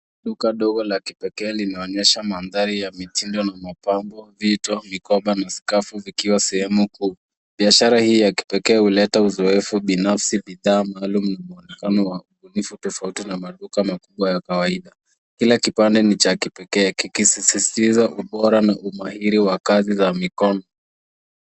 Duka dogo la kipekee linaonyesha mandhari ya mitindo na mapambo, vito, mikoba na skafu zikiwa sehemu kuu. Biashara hii ya kipekee huleta uzoefu binafsi wa bidhaa maalum na mwonekano wa ubunfu tofauti na maduka makubwa ya kawaida. Kila kipande ni cha kipekee kikisizitiza ubora na umahiri wa kazi za mikono.